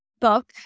book